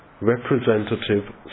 representative